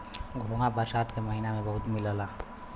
घोंघा बरसात के महिना में बहुते मिलला